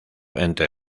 entre